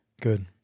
Good